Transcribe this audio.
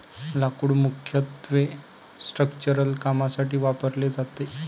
लाकूड मुख्यत्वे स्ट्रक्चरल कामांसाठी वापरले जाते